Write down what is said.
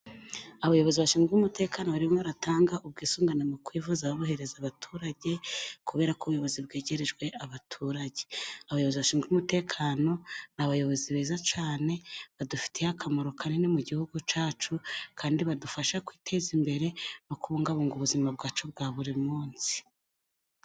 Abayobozi bashinzwe umutekano barimo baratanga ubwisungane mu kwivuza, babuhereza abaturage kubera ko ubuyobozi bwegerejwe abaturage. Abayobozi bashinzwe umutekano, ni abayobozi beza cyane badufitiye akamaro kanini mu gihugu cyacu, kandi badufasha kwiteza imbere no kubungabunga ubuzima bwacu bwa buri munsi.